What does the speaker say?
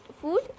food